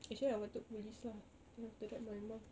actually I wanted police lah then after that my mum